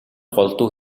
голдуу